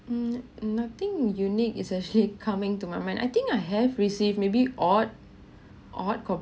um nothing unique is actually coming to my mind I think I have receive maybe odd odd